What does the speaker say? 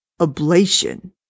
ablation